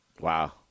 Wow